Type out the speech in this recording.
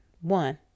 one